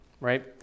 Right